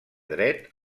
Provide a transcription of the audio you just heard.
dret